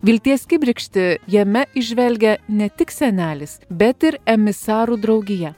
vilties kibirkštį jame įžvelgia ne tik senelis bet ir emisarų draugija